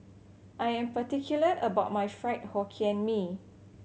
I am particular about my Fried Hokkien Mee